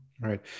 Right